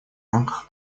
рамках